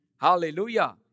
Hallelujah